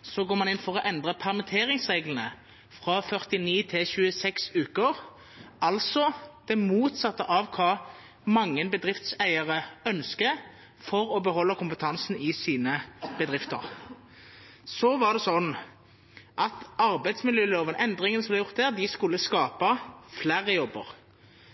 Så var det sånn at endringene som ble gjort i arbeidsmiljøloven, skulle skape flere jobber.